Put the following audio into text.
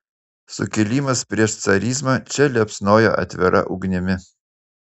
sukilimas prieš carizmą čia liepsnojo atvira ugnimi